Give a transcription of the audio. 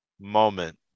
moment